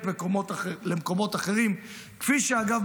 כפי שאגב,